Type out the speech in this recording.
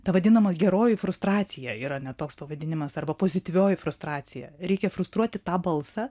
ta vadinama geroji frustracija yra net toks pavadinimas arba pozityvioji frustracija reikia frustruoti tą balsą